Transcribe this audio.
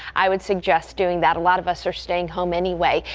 i would suggest doing that a lot of us are staying home anyway.